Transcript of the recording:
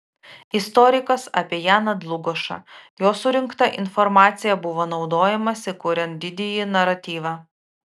istorikas apie janą dlugošą jo surinkta informacija buvo naudojamasi kuriant didįjį naratyvą